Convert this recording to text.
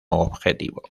objetivo